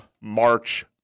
March